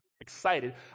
excited